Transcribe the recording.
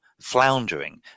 floundering